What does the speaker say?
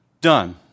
done